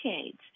decades